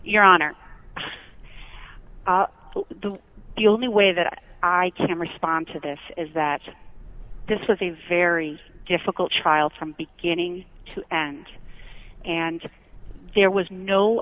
your honor the the only way that i can respond to this is that this is a very difficult child from beginning to end and there was no